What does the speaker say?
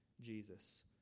Jesus